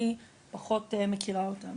אני פחות מכירה אותם.